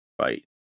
fight